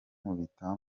nkubita